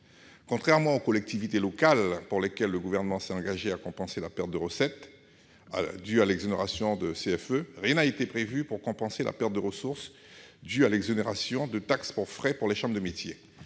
Contrairement aux collectivités locales pour lesquelles le Gouvernement s'est engagé à compenser la perte de recette due à l'exonération de CFE, rien n'a été prévu pour compenser la perte de ressources due à l'exonération de taxe pour frais de chambres de métiers.